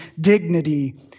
dignity